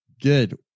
Good